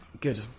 good